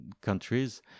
countries